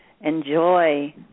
enjoy